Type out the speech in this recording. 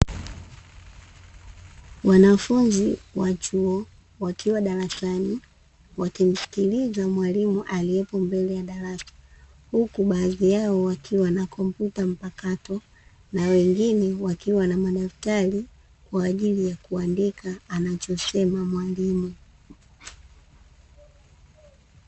Wanafunzi wa chuo wakiwa darasani, wakimsikiliza mwalimu aliyepo mbele ya darasa, huku baadhi yao wakiwa na kompyuta mpakato na wengine wakiwa na madaftari kwa ajili ya kuandika anachosema mwalimu.